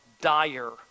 dire